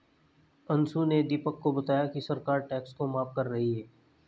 अंशु ने दीपक को बताया कि सरकार टैक्स को माफ कर रही है